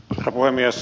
herra puhemies